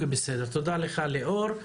תודה, ליאור.